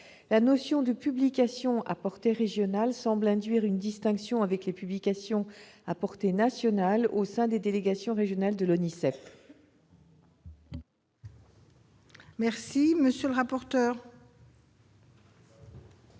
La notion de publications « à portée régionale » semble induire une distinction avec les publications à portée nationale au sein des délégations régionales de l'ONISEP. Quel est l'avis de